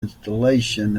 installation